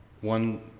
one